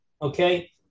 Okay